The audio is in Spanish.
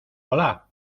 hola